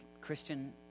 Christian